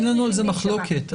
אין לנו מחלוקת על זה.